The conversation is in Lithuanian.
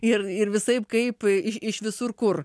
ir ir visaip kaip ir iš visur kur